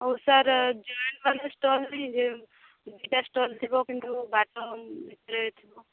ହୋଉ sir stall ଥିବ କିନ୍ତୁ ବାଟ ଭିତରେ ଥିବ